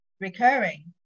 recurring